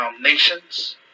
nations